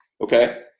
Okay